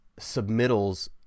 submittals